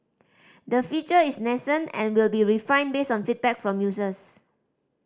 the feature is nascent and will be refined based on feedback from users